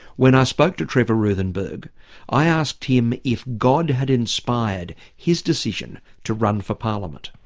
when i spoke to trevor ruthenberg i asked him if god had inspired his decision to run for parliament.